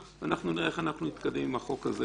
ונראה איך אנחנו מתקדמים עם החוק הזה.